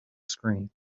screen